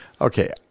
Okay